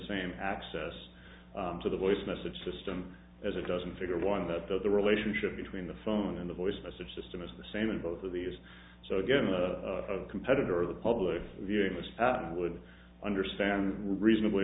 same access to the voice message system as it doesn't figure one that the relationship between the phone and the voice message system is the same in both of these so again a competitor of the public viewing this would understand reasonably